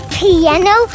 piano